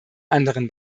anderen